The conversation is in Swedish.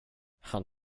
han